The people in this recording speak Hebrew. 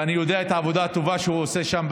ואני יודע את העבודה הטובה שהוא עושה שם,